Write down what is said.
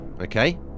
Okay